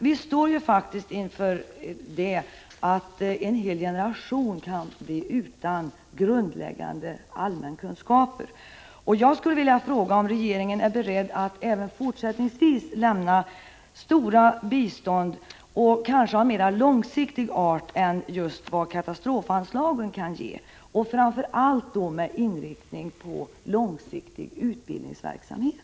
Vi står faktiskt inför det förhållandet att en hel generation kan bli utan grundläggande allmänkunskaper. Jag skulle vilja fråga om regeringen är beredd att även fortsättningsvis lämna omfattande bistånd, kanske av mera långsiktig art än vad just katastrofanslagen kan ge och med inriktning främst på långsiktig utbildningsverksamhet.